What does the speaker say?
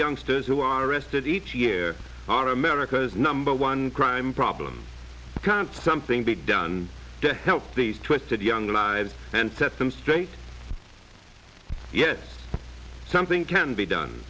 youngsters who are arrested each year for america's number one crime problem can't something be done to help these twisted young lives and set them straight yes something can be done